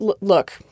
look